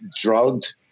drugged